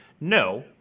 no